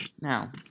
Now